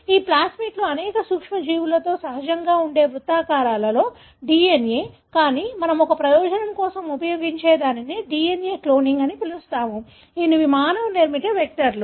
ఈ ప్లాస్మిడ్లు అనేక సూక్ష్మజీవులలో సహజంగా ఉండే వృత్తాకార DNA కానీ మనం ఒక ప్రయోజనం కోసం ఉపయోగించే దానిని DNA క్లోనింగ్ అని పిలుస్తాము ఇవి మానవ నిర్మిత వెక్టర్లు